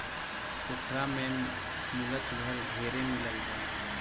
पोखरा में मुलच घर ढेरे मिलल बा